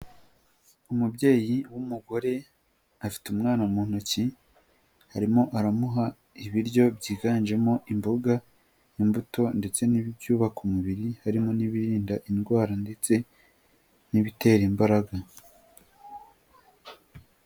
Umubyeyi w'umugore afite umwana mu ntoki harimo aramuha ibiryo byiganjemo imboga, imbuto ndetse n'ibyubaka umubiri, harimo n'ibirinda indwara ndetse n'ibitera imbaraga.